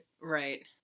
Right